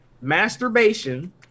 masturbation